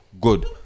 good